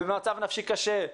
במצב נפשי קשה,